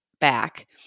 back